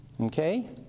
okay